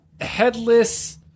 headless